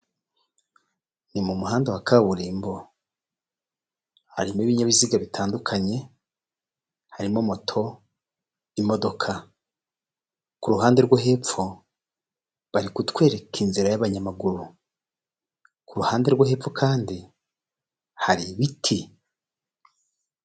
Ni mu muhanda wa kaburimbo harimo ibinyabiziga bitandukanye, harimo moto, imodoka, ku ruhande rwo hepfo bari kutwereka inzira y'abanyamaguru, kuruhande rwo hepfo kandi hari ibiti.